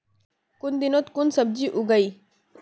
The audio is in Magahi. कुन दिनोत कुन सब्जी उगेई?